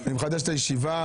אני מחדש את הישיבה.